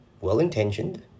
well-intentioned